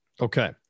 Okay